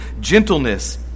gentleness